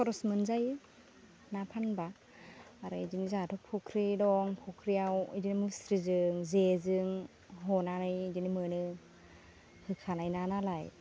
खरस मोनजायो ना फानबा आरो इदिनो जोंहाथ' फख्रि दं फख्रिआव इदिनो मुस्रिजों जेजों हनानै इदिनो मोनो होखानाय ना नालाय